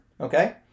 Okay